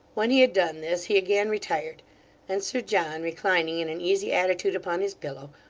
when he had done this, he again retired and sir john, reclining in an easy attitude upon his pillow,